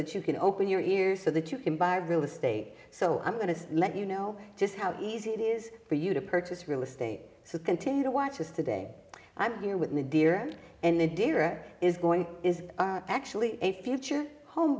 that you can open your ears so that you can buy real estate so i'm going to let you know just how easy it is for you to purchase real estate so continue to watch us today i'm here with a deer in the deer is going is actually a future home